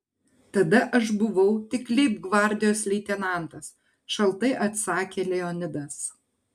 tada aš buvau tik leibgvardijos leitenantas šaltai atsakė leonidas